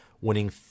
winning